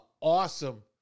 Awesome